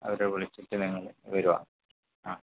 അവരെ വിളിച്ചിട്ട് നിങ്ങൾ വരിക ആ